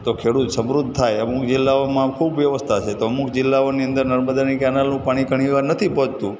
તો ખેડૂત સમૃદ્ધ થાય અમુક જિલ્લાઓમાં ખૂબ વ્યવસ્થા છે તો અમુક જિલ્લાઓની અંદર નર્મદાની કેનાલનું પાણી ઘણી વાર નથી પહોંચતું